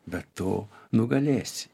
bet tu nugalėsi